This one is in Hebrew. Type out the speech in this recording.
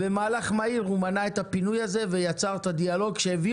במהלך מהיר הוא מנע את הפינוי הזה ויצר את הדיאלוג שהביא